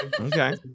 Okay